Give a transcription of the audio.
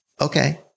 okay